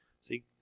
See